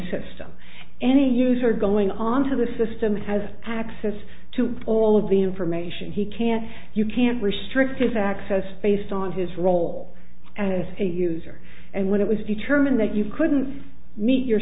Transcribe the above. system any user going on to the system has access to all of the information he can't you can't restrict his access based on his role as a user and when it was determined that you couldn't meet your